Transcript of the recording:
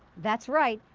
that's right.